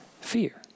fear